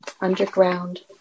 underground